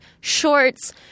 shorts